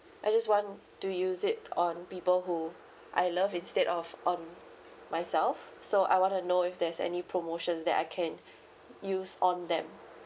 I just want to use it on people who I love instead of um myself so I wanna know if there's any promotions that I can use on them